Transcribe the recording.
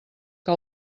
que